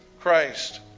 Christ